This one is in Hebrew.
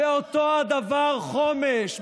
--- ואותו דבר חומש,